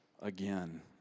again